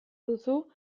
duzu